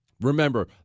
Remember